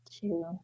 two